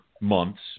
months